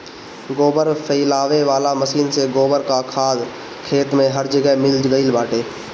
गोबर फइलावे वाला मशीन से गोबर कअ खाद खेत में हर जगह मिल गइल बाटे